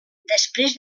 després